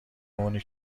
اونی